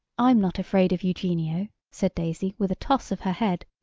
i'm not afraid of eugenio, said daisy with a toss of her head.